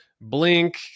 Blink